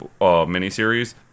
miniseries